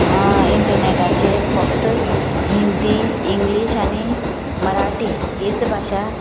इंटनॅटाचेर फक्त हिंदी इंग्लीश आनी मराठी हीच भाशा